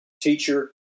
teacher